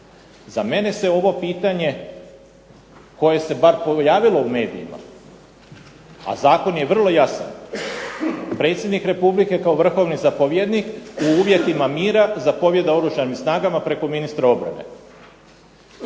Za mene se ovo pitanje koje se bar pojavilo u medijima, a zakon je vrlo jasan, predsjednik republike kao vrhovni zapovjednik u uvjetima mira zapovijeda Oružanim snagama preko ministra obrane.